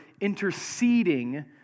interceding